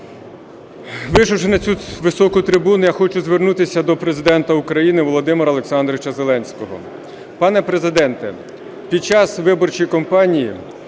Вийшовши на цю високу трибуну, я хочу звернутися до Президента України Володимира Олександровича Зеленського. Пане Президенте, під час виборчої кампанії